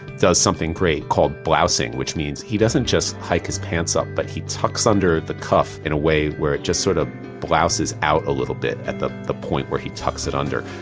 does something great call blousing. which means, he doesn't just hike his pants up, but he tucks under the cuff in a way where it just sort of blouses out a little bit at the the point where he tucks it under.